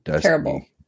Terrible